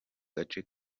gace